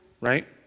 right